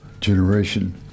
generation